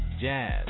jazz